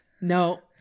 No